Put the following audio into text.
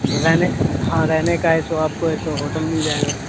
रहने हाँ रहने का ऐसो आपको ऐसो होटल मिल जाएगा